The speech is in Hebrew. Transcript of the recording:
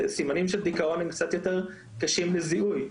הסימנים של דיכאון הם קצת יותר קשים לזיהוי.